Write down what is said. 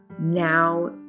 Now